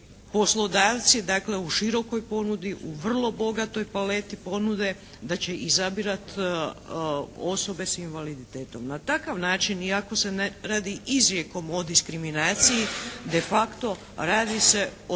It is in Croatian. poslodavci dakle u široj ponudi, u vrlo bogatoj paleti ponude da će izabirati osobe sa invaliditetom. Na takav način iako se ne radi izrijekom o diskriminaciji, de facto radi se o tihoj